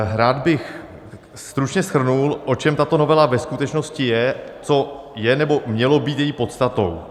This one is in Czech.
Rád bych stručně shrnul, o čem tato novela ve skutečnosti je, co je, nebo mělo být její podstatou.